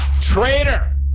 Traitor